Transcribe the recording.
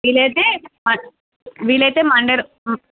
వీలైతే మ వీలైతే మండే రో